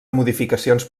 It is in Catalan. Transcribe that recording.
modificacions